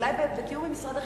שאולי בתיאום עם משרד החינוך,